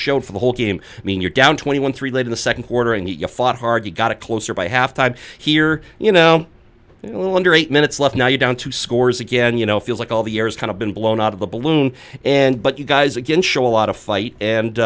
showed for the whole game i mean you're down twenty one three late in the second quarter and you fought hard to got a closer by halftime here you know well under eight minutes left now you down two scores again you know feels like all the years kind of been blown out of the balloon and but you guys again show a lot of fight and